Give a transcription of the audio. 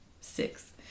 Six